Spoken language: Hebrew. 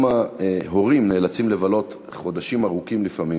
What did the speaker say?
גם ההורים נאלצים לבלות חודשים ארוכים לפעמים